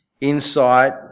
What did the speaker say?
insight